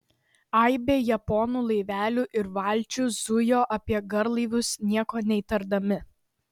aibė japonų laivelių ir valčių zujo apie garlaivius nieko neįtardami